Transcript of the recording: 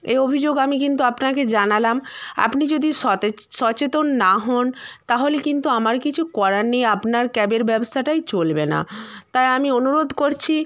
এ অভিযোগ আমি কিন্তু আপনাকে জানালাম আপনি যদি সতেজ সচেতন না হন তাহলে কিন্তু আমার কিছু করার নেই আপনার ক্যাবের ব্যবসাটাই চলবে না তাই আমি অনুরোধ করছি